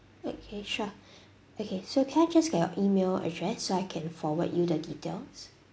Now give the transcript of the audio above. okay sure okay so can I please get your email address so I can forward you the details